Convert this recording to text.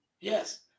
Yes